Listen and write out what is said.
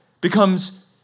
becomes